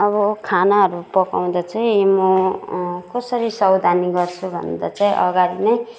अब खानाहरू पकाउँदा चाहिँ म कसरी सवधानी गर्छु भन्दा चाहिँ अगाडि नै